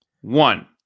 One